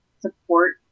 support